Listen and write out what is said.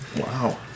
Wow